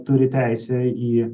turi teisę į